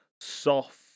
soft